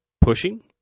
pushing